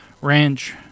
ranch